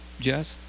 Jess